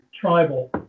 tribal